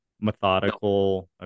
methodical